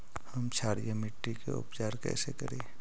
हम क्षारीय मिट्टी के उपचार कैसे करी?